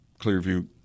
Clearview